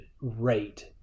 rate